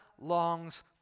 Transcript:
longs